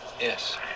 Yes